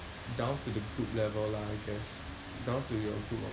down to the group level lah I guess down to your group of